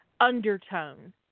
undertone